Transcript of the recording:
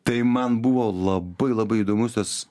tai man buvo labai labai įdomus tas